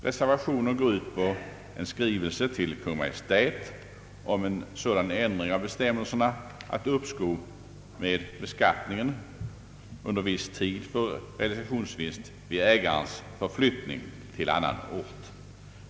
Reservationen går ut på en skrivelse till Kungl. Maj:t om sådan ändring av bestämmelserna att uppskov med beskattningen för realisationsvinst under viss tid medges vid ägarens förflyttning till annan ort.